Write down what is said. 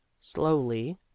slowly